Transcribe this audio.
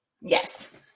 Yes